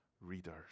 readers